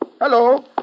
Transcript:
Hello